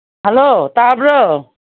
hello ꯇꯥꯕ꯭ꯔꯣ